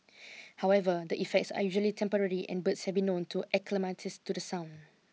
however the effects are usually temporary and birds have been known to acclimatise to the sound